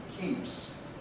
keeps